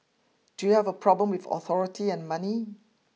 do you have a problem with authority and money